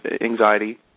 anxiety